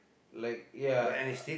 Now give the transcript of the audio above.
like ya